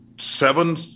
seven